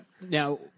Now